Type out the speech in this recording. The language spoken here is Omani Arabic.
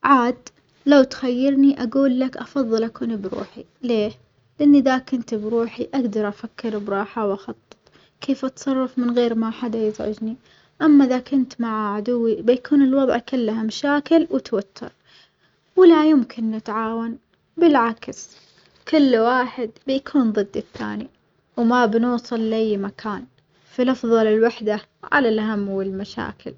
عاد لو تخيرني أجول لك أفظل أكون بروحي ليه؟ لأني إذا كنت بروحي أجدر أفكر براحة وأخطط كيف أتصرف من غير ما حدا يزعجني، أما إذا كنت مع عدوي بيكون الوظع كله مشاكل وتوتر، ولا يمكن نتعاون بالعكس كل واحد بيكون ضد التاني وما بنوصل لأي مكان، فالأفظل الوحدة على الهم والمشاكل.